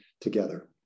together